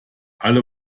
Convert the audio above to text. alle